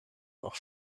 noch